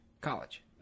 college